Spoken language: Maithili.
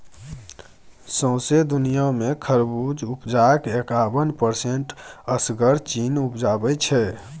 सौंसे दुनियाँ मे खरबुज उपजाक एकाबन परसेंट असगर चीन उपजाबै छै